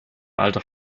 alter